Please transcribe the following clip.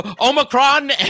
Omicron